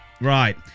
Right